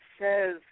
says